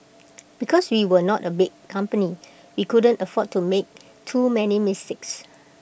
because we were not A big company we couldn't afford to make too many mistakes